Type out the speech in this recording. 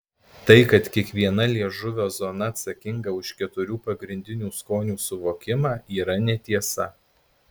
tai kad kiekviena liežuvio zona atsakinga už keturių pagrindinių skonių suvokimą yra netiesa